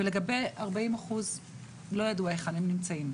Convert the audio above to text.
ולגבי 40% לא ידוע היכן הם נמצאים.